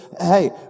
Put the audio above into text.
hey